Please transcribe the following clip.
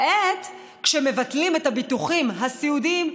כעת כשמבטלים את הביטוחים הסיעודיים,